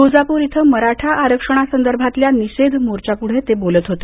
तुळजापूर इथं मराठा आरक्षणासंदर्भातल्या निषेध मोर्चाप्रुढे ते बोलत होते